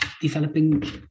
developing